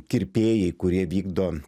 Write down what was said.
kirpėjai kurie vykdo